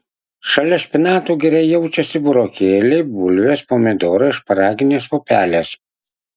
šalia špinatų gerai jaučiasi burokėliai bulvės pomidorai šparaginės pupelės